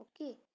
okay